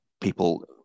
people